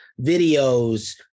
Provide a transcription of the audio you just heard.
videos